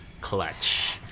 Clutch